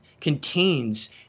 contains